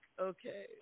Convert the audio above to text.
Okay